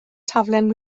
taflen